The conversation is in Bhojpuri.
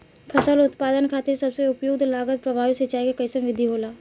फसल उत्पादन खातिर सबसे उपयुक्त लागत प्रभावी सिंचाई के कइसन विधि होला?